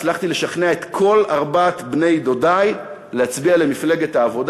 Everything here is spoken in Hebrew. הצלחתי לשכנע את כל ארבעת בני-דודי להצביע למפלגת העבודה.